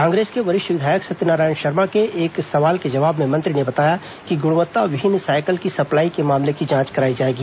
कांग्रेस के वरिष्ठ विधायक सत्यनारायण शर्मा के एक सवाल के जवाब में मंत्री ने बताया कि ग्णवत्ताविहीन सायकल की सप्लाई के मामले की जांच कराई जाएगी